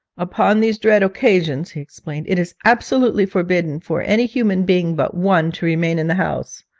upon these dread occasions he explained, it is absolutely forbidden for any human being but one to remain in the house.